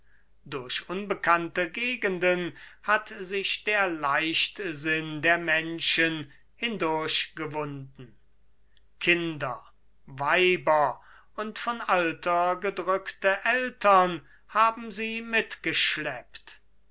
durch unbekannte gegenden hat sich der leichtsinn der menschen hindurchgewunden kinder weiber und von alter gedrückte eltern haben sie mitgeschleppt